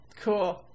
Cool